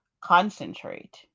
concentrate